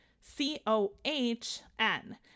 C-O-H-N